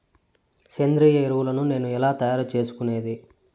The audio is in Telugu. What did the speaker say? సేంద్రియ ఎరువులని నేను ఎలా తయారు చేసుకునేది?